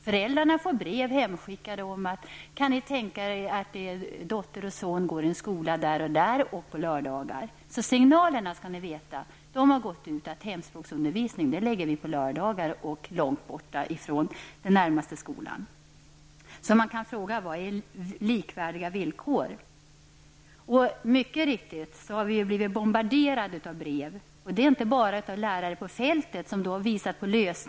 Föräldrarna får brev hemskickade med en förfrågan om de kan tänka sig att dottern och sonen går i en skola där eller där på lördagar. Hemspråksundervisningen skall alltså förläggas till lördagar och långt bort från den närmaste skolan. Man kan fråga sig vad som menas med likvärdiga villkor. Mycket riktigt har vi bombarderats av brev, inte bara från lärare på fältet som har påvisat lösningar.